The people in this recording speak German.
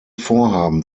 vorhaben